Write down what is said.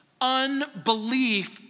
Unbelief